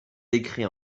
décret